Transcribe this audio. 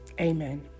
amen